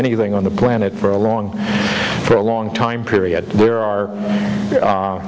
anything on the planet for a long for a long time period there are